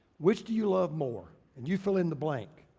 which do you love more, and you fill in the blank.